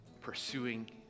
pursuing